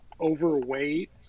overweight